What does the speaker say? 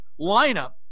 lineup